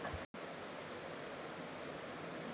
कपास से धागा बनावे में कताई मशीन बड़ा जरूरी होला